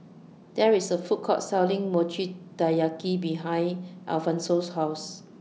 There IS A Food Court Selling Mochi Taiyaki behind Alphonso's House